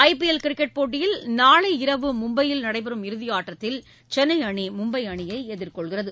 IPL cricket போட்டியில் நாளை இரவு மும்பையில் நடைபெறும் இறுதியாட்டத்தில் சென்னை அணி மும்பை அணியை எதிர்கொள்கிறது